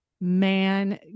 man